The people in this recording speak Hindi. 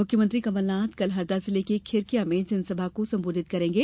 मुख्यमंत्री कमलनाथ कल हरदा के खिरकिया में जनसभा को संबोधित करेंगे